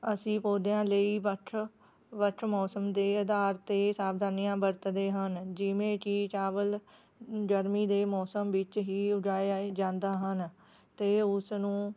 ਅਸੀਂ ਪੌਦਿਆਂ ਲਈ ਵੱਖ ਵੱਖ ਮੌਸਮ ਦੇ ਆਧਾਰ 'ਤੇ ਸਾਵਧਾਨੀਆਂ ਵਰਤਦੇ ਹਨ ਜਿਵੇਂ ਕਿ ਚਾਵਲ ਗਰਮੀ ਦੇ ਮੌਸਮ ਵਿੱਚ ਹੀ ਉਗਾਇਆ ਜਾਂਦਾ ਹਨ ਅਤੇ ਉਸਨੂੰ